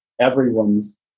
everyone's